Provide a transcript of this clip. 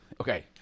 Okay